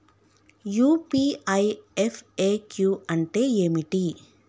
UPI FAQ అంటే ఏమిటి?